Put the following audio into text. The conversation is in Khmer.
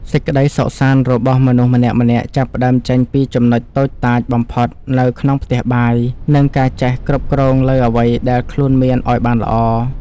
សេចក្តីសុខសាន្តរបស់មនុស្សម្នាក់ៗចាប់ផ្តើមចេញពីចំណុចតូចតាចបំផុតនៅក្នុងផ្ទះបាយ និងការចេះគ្រប់គ្រងលើអ្វីដែលខ្លួនមានឱ្យបានល្អ។